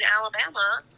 Alabama